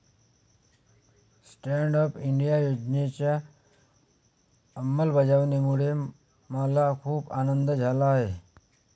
stand up India योजनेच्या अंमलबजावणीमुळे मला खूप आनंद झाला आहे